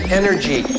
energy